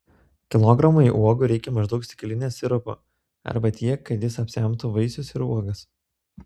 kilogramui uogų reikia maždaug stiklinės sirupo arba tiek kad jis apsemtų vaisius ir uogas